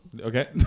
Okay